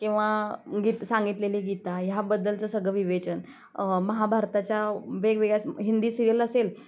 किंवा गीत सांगितलेली गीता हयाबद्दलच सगळं विवेचन महाभारताच्या वेगवेगळ्या हिंदी सिरीयल असेल